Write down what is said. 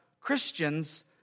Christians